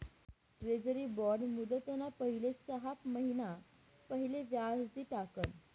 treasury bond मुदतना पहिले सहा महिना पहिले व्याज दि टाकण